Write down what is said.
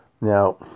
Now